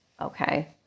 okay